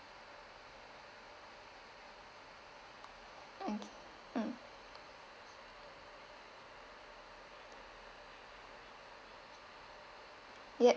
okay mm yup